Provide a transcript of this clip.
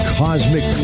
cosmic